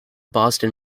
boston